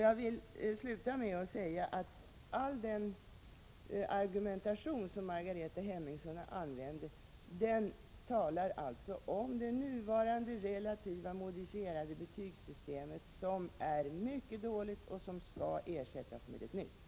Jag vill sluta med att säga att Margareta Hemmingssons hela argumentation handlar om det nuvarande relativa, modifierade betygssystemet, som är mycket dåligt och som skall ersättas med ett nytt.